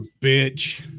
bitch